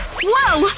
whoa!